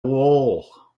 wall